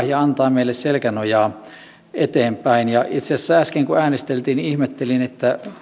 ja antavat meille selkänojaa eteenpäin itse asiassa äsken kun äänesteltiin ihmettelin